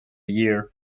year